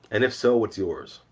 and if so, what's yours?